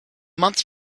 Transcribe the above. months